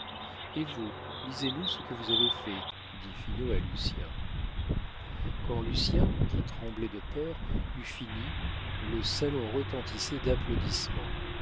et vous lisez nous ce que vous avez fait dit finot à lucien quand lucien qui tremblait de peur eut fini le salon retentissait d'applaudissements